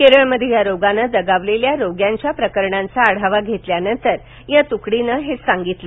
केरळमध्ये या रोगानं दगावलेल्या रोग्यांच्या प्रकरणांचा आढावा षेतल्या नंतर या तुकडीनं हे सांगितलं